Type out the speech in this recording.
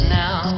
now